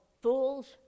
fools